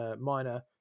minor